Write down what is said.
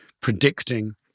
predicting